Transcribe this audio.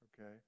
Okay